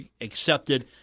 accepted